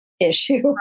issue